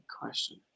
question